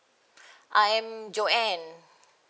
I am joanne